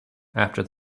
after